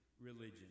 religion